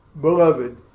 beloved